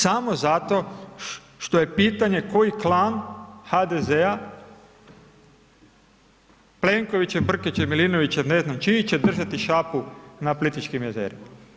Samo zato što je potanje koji klan HDZ-a, Plenkovićev, Brkićev, Milinovićev i ne znam čiji će držati šapu na Plitvičkim jezerima.